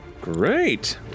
Great